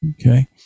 okay